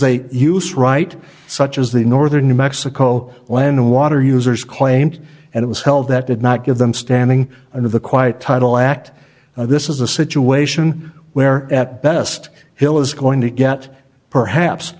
a use right such as the northern new mexico land water users claimed and it was held that did not give them standing under the quiet title act this is a situation where at best hill is going to get perhaps